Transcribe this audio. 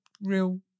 real